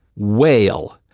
whale,